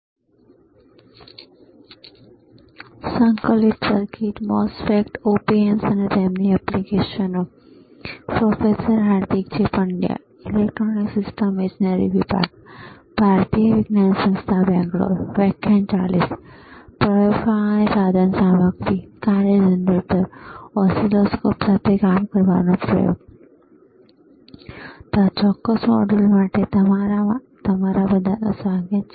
તો આ ચોક્કસ મોડ્યુલ માટે તમારા બધાનું સ્વાગત છે